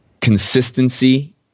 consistency